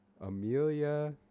Amelia